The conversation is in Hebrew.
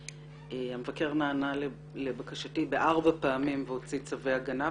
המבקר נענה לבקשתי ובארבע פעמים והוציא צווי הגנה.